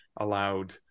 allowed